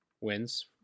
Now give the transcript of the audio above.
wins